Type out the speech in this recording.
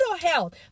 health